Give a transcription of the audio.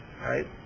Right